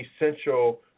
essential